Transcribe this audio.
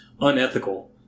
unethical